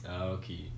Okay